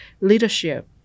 leadership